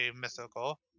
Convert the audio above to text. mythical